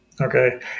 Okay